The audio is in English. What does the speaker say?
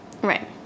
Right